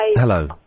Hello